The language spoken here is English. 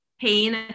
pain